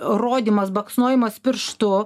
rodymas baksnojimas pirštu